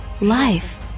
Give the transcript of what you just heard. life